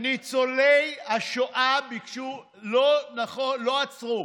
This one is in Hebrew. ניצולי השואה ביקשו ואכן, לא עצרו.